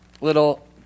little